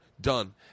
Done